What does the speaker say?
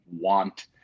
want